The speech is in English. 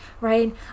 right